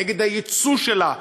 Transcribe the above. נגד היצוא שלה,